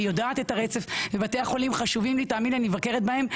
אני יודעת את הרצף ובלי החולים חשובים לי תאמין לי אני מבקרת בהם,